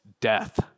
death